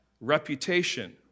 Reputation